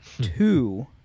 Two